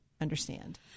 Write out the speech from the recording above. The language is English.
understand